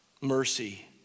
mercy